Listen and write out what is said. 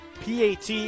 PAT